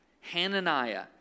Hananiah